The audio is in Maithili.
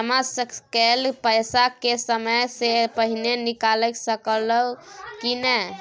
जमा कैल पैसा के समय से पहिले निकाल सकलौं ह की नय?